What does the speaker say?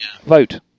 vote